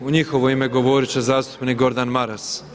U njihovo ime govorit će zastupnik Gordan Maras.